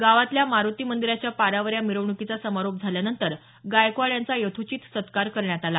गावातल्या मारूती मंदिराच्या पारावर या मिरवणूकीचा समारोप झाल्यानंतर गायकवाड यांचा यथोचित सत्कार करण्यात आला